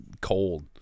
cold